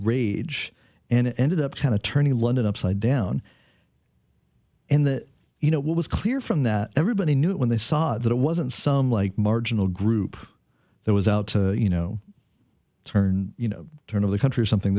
rage and it ended up kind of turning london upside down and that you know what was clear from that everybody knew when they saw that it wasn't some like marginal group that was out you know turned you know turn of the country or something